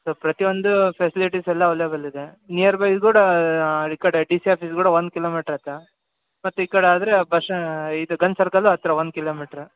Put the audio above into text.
so ಪ್ರತಿಯೊಂದೂ facilities ಎಲ್ಲ available ಇದೆ ನಿಯರ್ಬೈ ಕೂಡ ಈ ಕಡೆ ಡಿ ಸಿ ಆಫೀಸ್ ಕೂಡ ಒಂದು ಕಿಲೋಮೀಟರ್ ಐತೆ ಮತ್ತು ಈ ಕಡೆ ಆದರೆ ಆ ಬಸ್ಸಾ ಇದು ಗಂಜ್ ಸರ್ಕಲು ಹತ್ತಿರ ಒಂದು ಕಿಲೋಮೀಟ್ರು